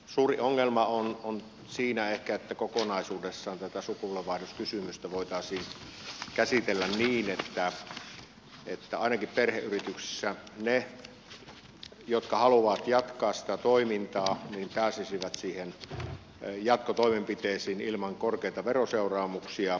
suuri ongelma on ehkä siinä että kokonaisuudessaan tätä sukupolvenvaihdoskysymystä pitäisi voida käsitellä niin että ainakin perheyrityksissä ne jotka haluavat jatkaa sitä toimintaa pääsisivät jatkotoimenpiteisiin ilman korkeita veroseuraamuksia